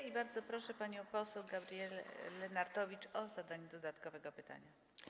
I bardzo proszę panią poseł Gabrielę Lenartowicz o zadanie dodatkowego pytania.